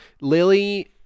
Lily